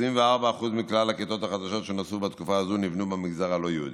24% מכלל הכיתות החדשות שנוספו בתקופה זו נבנו במגזר הלא-יהודי.